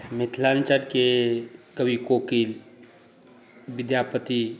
मिथिलाञ्चलके कवि कोकिल विद्यापति